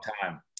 time